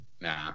Nah